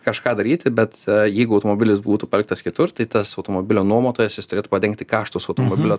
kažką daryti bet jeigu automobilis būtų paliktas kitur tai tas automobilio nuomotojas jis turėtų padengti kaštus automobilio